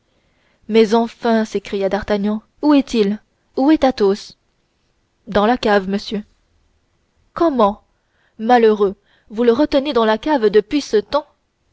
mais enfin s'écria d'artagnan où est-il où est athos dans la cave monsieur comment malheureux vous le retenez dans la cave depuis ce temps-là